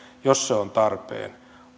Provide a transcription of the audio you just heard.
jos se on tarpeen